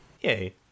Yay